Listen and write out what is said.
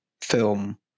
film